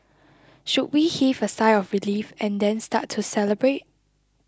should we heave a sigh of relief and then start to celebrate